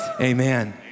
amen